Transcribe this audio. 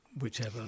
whichever